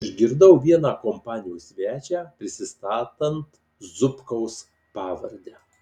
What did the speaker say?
išgirdau vieną kompanijos svečią prisistatant zubkaus pavarde